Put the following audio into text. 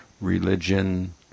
religion